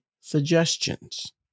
suggestions